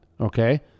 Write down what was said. okay